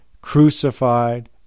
crucified